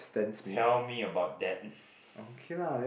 tell me about that